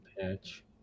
patch